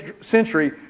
century